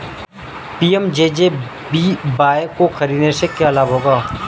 PMJJBY को खरीदने से क्या लाभ होगा?